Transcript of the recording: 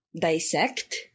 dissect